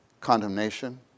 condemnation